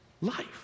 life